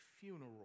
funeral